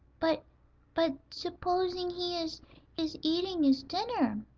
but but supposing he is is eating his dinner?